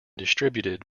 distributed